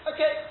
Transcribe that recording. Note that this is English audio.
Okay